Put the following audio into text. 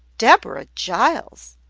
deborah giles!